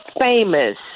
famous